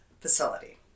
facility